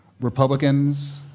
Republicans